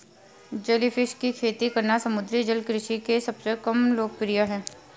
jellyfish की खेती करना समुद्री जल कृषि के सबसे कम लोकप्रिय है